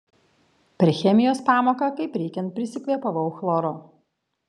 per chemijos pamoką kaip reikiant prisikvėpavau chloro